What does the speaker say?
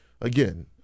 again